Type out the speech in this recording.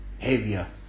heavier